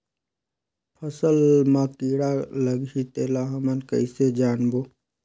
फसल मा कीटाणु लगही तेला हमन कइसे जानबो?